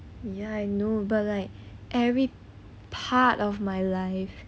ya I know but like every part of my life